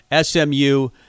SMU